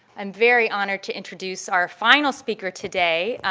i'm very honored to introduce our final speaker today,